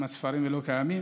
ספרים כמעט אינם קיימים,